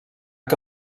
que